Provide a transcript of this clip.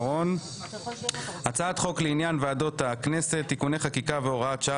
הצעת חוק לעניין ועדות הכנסת (תיקוני חקיקה והוראת שעה),